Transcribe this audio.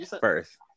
first